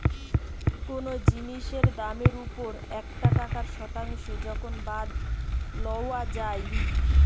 কোনো জিনিসের দামের ওপর একটা টাকার শতাংশ যখন বাদ লওয়া যাই